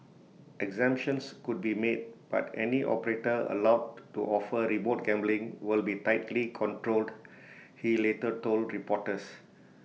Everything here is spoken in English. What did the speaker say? exemptions could be made but any operator allowed to offer remote gambling will be tightly controlled he later told reporters